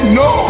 no